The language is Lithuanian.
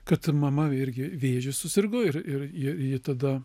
kad mama irgi vėžiu susirgo ir ir ji ji tada